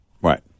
right